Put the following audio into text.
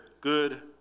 good